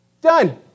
Done